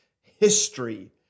history